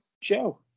Joe